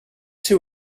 two